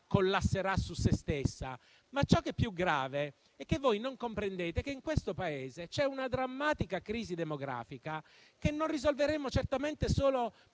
collasserà su se stessa. Ciò che è più grave, però, è che non comprendete che in questo Paese c'è una drammatica crisi demografica, che non risolveremo certamente solo